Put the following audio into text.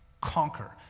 conquer